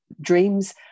dreams